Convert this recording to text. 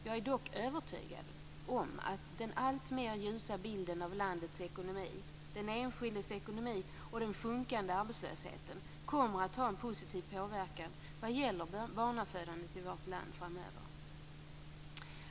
Jag är dock övertygad om att den alltmer ljusa bilden av landets ekonomi, den enskildes ekonomi och den sjunkande arbetslösheten kommer att ha en positiv påverkan vad gäller barnafödandet i vårt land framöver.